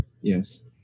yes